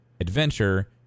adventure